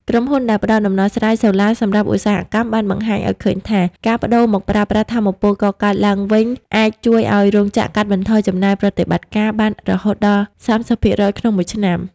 ក្រុមហ៊ុនដែលផ្ដល់ដំណោះស្រាយសូឡាសម្រាប់ឧស្សាហកម្ម បានបង្ហាញឱ្យឃើញថា ការប្ដូរមកប្រើប្រាស់ថាមពលកកើតឡើងវិញអាចជួយឱ្យរោងចក្រកាត់បន្ថយចំណាយប្រតិបត្តិការបានរហូតដល់ ៣០% ក្នុងមួយឆ្នាំ។